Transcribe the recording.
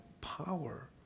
power